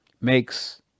makes